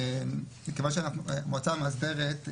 מכיוון שמועצה מאסדרת,